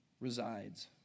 resides